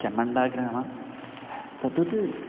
चम्मण्डाग्रामं तद्वत्